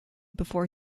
before